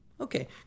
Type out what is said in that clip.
Okay